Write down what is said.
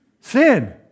Sin